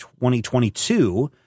2022